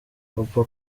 copa